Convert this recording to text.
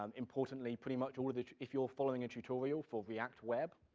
um importantly, pretty much, all of the, if you're following a tutorial for react web,